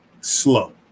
slow